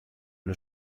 nur